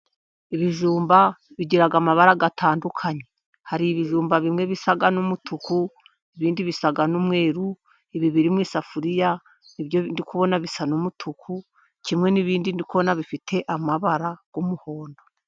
Ibijumba bigira amabara atandukanye. Hari ibijumba bimwe bisa n'umutuku, ibindi bisa n'umweru. Ibi biri mu isafuriya. Ni byo ndikubona bisa n'umutuku kimwe n'ibindi ndi kubona bifite amabara y'umuhondo.